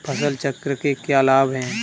फसल चक्र के क्या लाभ हैं?